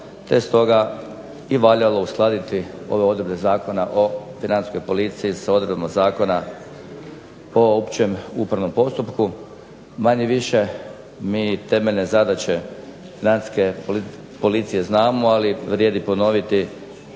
te stoga i valjalo uskladiti ove odredbe Zakona o Financijskoj policiji s odredbama Zakona o općem upravnom postupku. Manje-više mi temeljne zadaće Financijske policije znamo, ali vrijedi ponoviti